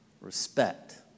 Respect